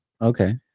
Okay